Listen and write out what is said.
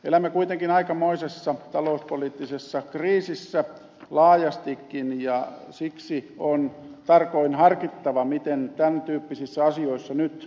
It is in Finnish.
elämme kuitenkin aikamoisessa talouspoliittisessa kriisissä laajastikin ja siksi on tarkoin harkittava miten tämän tyyppisissä asioissa nyt edetään